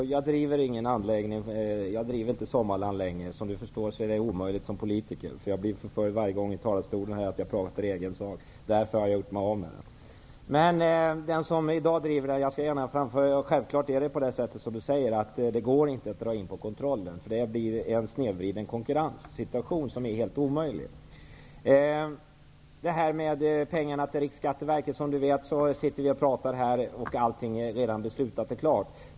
Herr talman! Först måste jag rätta Lars Bäckström. Jag driver inte Sommarland längre. Som Lars Bäckström förstår är det omöjligt som politiker. Jag blir förföljd varje gång i talarstolen för att jag pratar i egen sak. Därför har jag gjort mig av med anläggningen. Jag skall gärna framföra till den som driver anläggningen i dag att det självfallet är som Lars Bäckström säger, att det inte går att dra in på kontrollen. Det blir en snedvriden konkurrenssituation som är helt omöjlig. Som Lars Bäckström känner till pratar vi här medan allting redan är beslutat och klart.